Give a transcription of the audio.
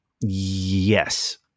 Yes